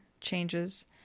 changes